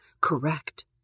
Correct